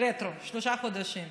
רטרו שלושה חודשים.